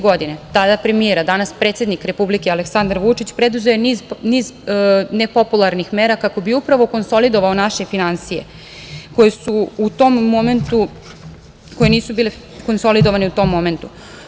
Godine 2014, tadašnji premijer, a danas predsednik Republike, Aleksandar Vučić preduzeo je niz nepopularnih mera kako bi upravo konsolidovao naše finansije koje nisu bile konsolidovane u tom momentu.